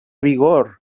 vigor